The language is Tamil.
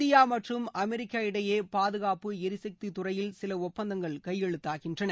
இந்தியா மற்றும் அமெரிக்கா இடையே பாதுகாப்பு ளிசக்தித்துறையில் சில ஒப்பந்தங்கள் கையெழுத்தாகின்றன